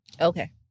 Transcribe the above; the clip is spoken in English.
Okay